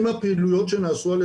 כשאתה מעשן,